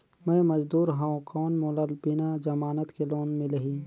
मे मजदूर हवं कौन मोला बिना जमानत के लोन मिलही?